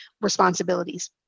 responsibilities